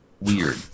Weird